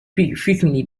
frequently